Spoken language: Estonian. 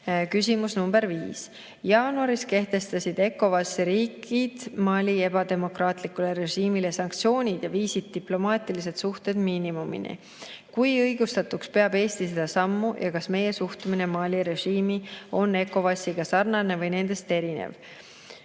Küsimus nr 5: "Jaanuaris kehtestasid ECOWASi riigid Mali ebademokraatlikule režiimile sanktsioonid ja viisid diplomaatilised suhted miinimumini. Kui õigustatuks peab Eesti seda sammu ja kas meie suhtumine Mali režiimi on ECOWASiga sarnane või nendest erinev?"